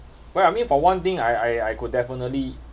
well I mean for one thing I I I could definitely